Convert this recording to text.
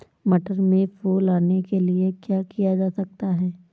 मटर में फूल आने के लिए क्या किया जा सकता है?